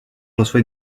reçoit